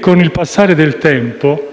Con il passare del tempo,